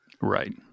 Right